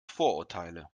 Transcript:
vorurteile